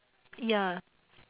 ya